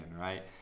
right